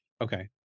Okay